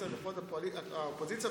כבוד היושב-ראש,